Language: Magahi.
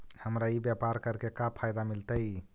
हमरा ई व्यापार करके का फायदा मिलतइ?